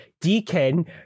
Deacon